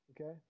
Okay